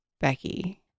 Becky